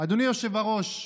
אדוני היושב-ראש,